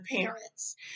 parents